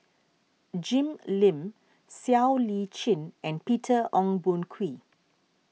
Jim Lim Siow Lee Chin and Peter Ong Boon Kwee